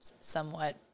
somewhat